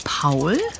Paul